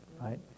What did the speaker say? right